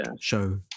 show